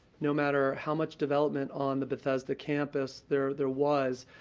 no matter how much development on the bethesda campus there there was,